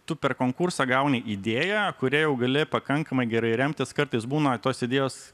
tu per konkursą gauni idėją kuria jau gali pakankamai gerai remtis kartais būna tos idėjos